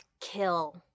kill